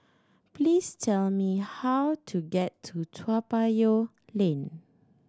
please tell me how to get to Toa Payoh Lane